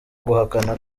guhakana